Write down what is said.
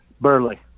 Burley